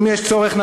אם יש צורך,